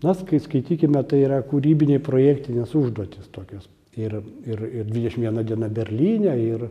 nas skai skaitykime tai yra kūrybiniai projektinės užduotys tokios ir ir ir dvidešim viena diena berlyne ir